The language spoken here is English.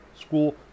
School